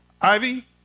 Ivy